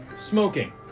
smoking